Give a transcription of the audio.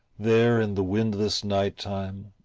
there, in the windless night-time,